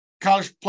College